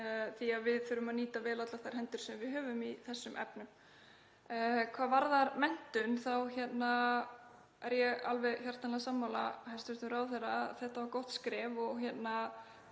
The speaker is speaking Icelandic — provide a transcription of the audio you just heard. því að við þurfum að nýta vel allar þær hendur sem við höfum í þessum efnum. Hvað varðar menntun þá er ég alveg hjartanlega sammála hæstv. ráðherra. Þetta var gott skref og það